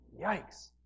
Yikes